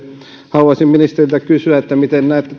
haluaisin ministeriltä kysyä miten